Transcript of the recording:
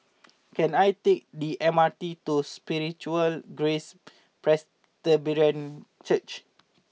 can I take the M R T to Spiritual Grace Presbyterian Church